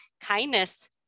kindness